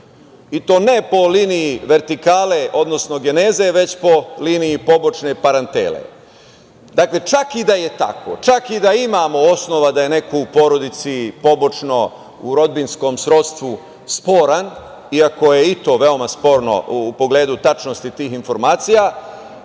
i to ne po liniji vertikale, odnosno geneze, već po liniji pobočne parantele. Čak i da je tako, čak i da imamo osnova da je neko u porodici pobočno u rodbinskom srodstvu sporan iako je i to veoma sporno u pogledu tačnosti tih informacija,